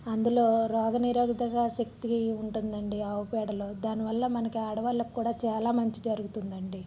అందులో రోగ నిరోధిక శక్తి ఉంటుంది అండి ఆవుపేడలో దానివల్ల మనకి ఆడవాళ్ళకి కూడా చాలా మంచి జరుగుతుంది అండి